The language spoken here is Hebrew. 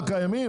האיגרת